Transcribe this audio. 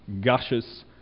gushes